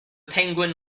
penguin